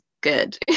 good